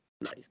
Nice